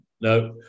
No